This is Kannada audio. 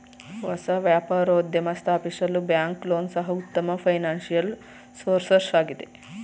ಹೊಸ ವ್ಯಾಪಾರೋದ್ಯಮ ಸ್ಥಾಪಿಸಲು ಬ್ಯಾಂಕ್ ಲೋನ್ ಸಹ ಉತ್ತಮ ಫೈನಾನ್ಸಿಯಲ್ ಸೋರ್ಸಸ್ ಆಗಿದೆ